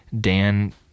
Dan